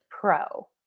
pro